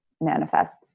manifests